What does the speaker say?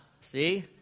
See